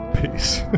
Peace